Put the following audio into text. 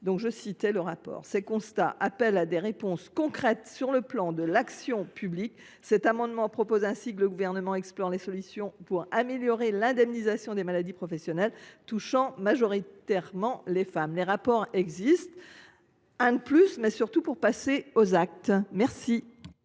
pour les femmes. Ces constats appellent des réponses concrètes sur le plan de l’action publique. Cet amendement tend ainsi à ce que le Gouvernement explore les solutions pour améliorer l’indemnisation des maladies professionnelles touchant majoritairement les femmes. Des rapports existent. Un de plus, me direz vous, mais cette fois